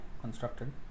constructed